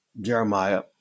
Jeremiah